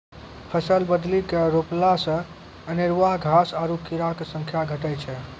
फसल बदली के रोपला से अनेरूआ घास आरु कीड़ो के संख्या घटै छै